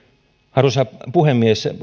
arvoisa puhemies